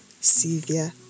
Sylvia